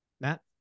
Matt